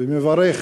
ומברך